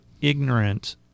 ignorant